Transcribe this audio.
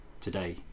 today